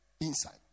inside